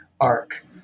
arc